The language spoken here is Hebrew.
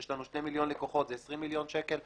יש לנו שני מיליון לקוחות, זה 20 מיליון שקלים.